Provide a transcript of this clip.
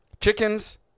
chickens